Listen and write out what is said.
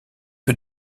peu